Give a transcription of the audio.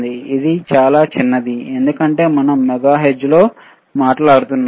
ఇది చాలా చిన్నది ఎందుకంటే మనం మెగాహెర్జ్ లో మాట్లాడుతున్నాము